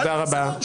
אל תחזרו.